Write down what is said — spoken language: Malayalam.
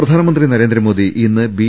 പ്രധാനമന്ത്രി നരേന്ദ്രമോദി ഇന്ന് ബി